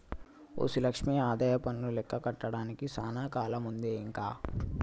OC Lakshmi ఆదాయపన్ను లెక్క కట్టడానికి సానా కాలముందే ఇంక